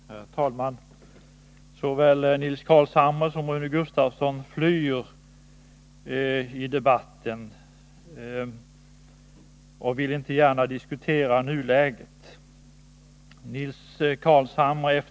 Herr talman! Såväl Nils Carlshamre som Rune Gustavsson flyr i debatten och vill inte gärna diskutera nuläget.